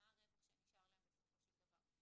מה הרווח שנשאר להם בסופו של דבר,